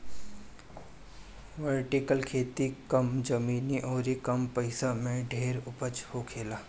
vertical खेती कम जमीन अउरी कम पइसा में ढेर उपज होखेला